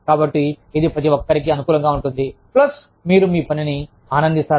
కాబట్టి ఇది ప్రతిఒక్కరికీ అనుకూలంగా ఉంటుంది ప్లస్ మీరు మీ పనిని ఆనందిస్తారు